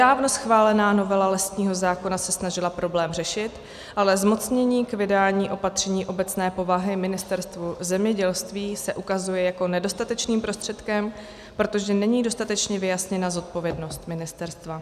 Nedávno schválená novela lesního zákona se snažila problém řešit, ale zmocnění k vydání opatření obecné povahy Ministerstvu zemědělství se ukazuje jako nedostatečný prostředek, protože není dostatečně vyjasněna zodpovědnost ministerstva.